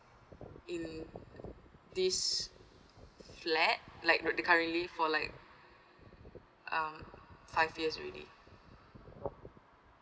in this flat like the cur~ currently for like um five years already